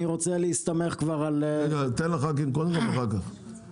אני רוצה להסתמך --- רגע אני אתן לחכים ואחר כך.